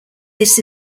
this